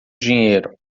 dinheiro